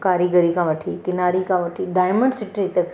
कारीगरी खां वठी किनारी खां वठी डायमंड सिटी तक